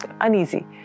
uneasy